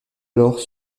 alors